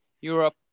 Europe